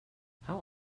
how